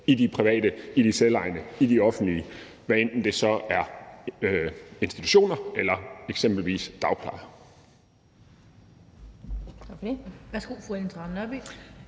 i de private, i de selvejende og i de offentlige, hvad end det så er institutioner eller eksempelvis dagplejer. Kl. 12:30 Den fg. formand